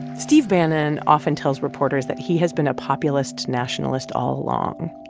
steve bannon often tells reporters that he has been a populist nationalist all along.